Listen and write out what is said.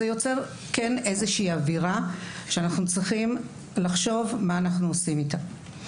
זה יוצר כן איזושהי אווירה שאנחנו צריכים לחשוב מה אנחנו עושים איתה.